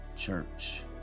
church